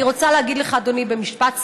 אני רוצה להגיד לך, אדוני, במשפט סיום: